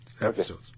episodes